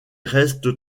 reste